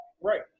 Right